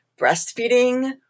breastfeeding